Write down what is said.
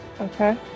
Okay